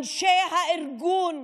אנשי הארגון,